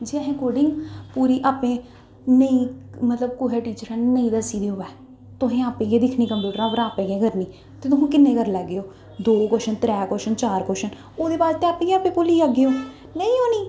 जे असें कोडिंग पूरी आपै नेईं मतलब कुसै टीचर ने नेईं दस्सी दी होऐ तुसें आपै गै दिक्खनी कंप्यूरटै उप्परा आपै गै करनी ते तुस किन्नी करी लैगेओ दो कोशन त्रै कोशन चार कोशन ओह्दे बाद ते आपै गै आपै भुल्ली जागेओ नेईं होनी